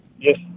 Yes